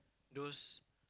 those